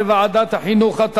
לדיון מוקדם בוועדת החינוך,